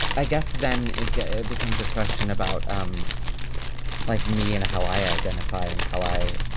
i guess then it becomes a question about um like me and how i identify and how i